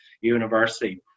University